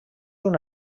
una